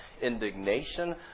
indignation